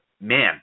man